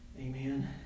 Amen